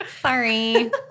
Sorry